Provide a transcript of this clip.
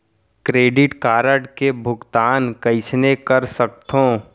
Credit card के भुगतान कईसने कर सकथो?